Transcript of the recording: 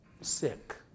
sick